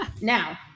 Now